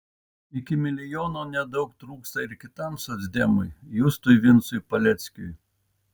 iki milijono nedaug trūksta ir kitam socdemui justui vincui paleckiui